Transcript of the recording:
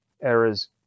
errors